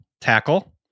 tackle